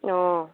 অঁ